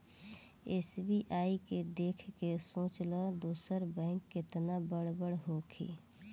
SBI के देख के सोच ल दोसर बैंक केतना बड़ बड़ होखी